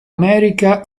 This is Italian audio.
america